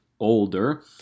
older